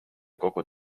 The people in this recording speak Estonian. kogu